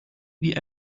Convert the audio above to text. wie